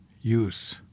use